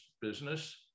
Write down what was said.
business